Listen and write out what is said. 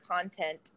content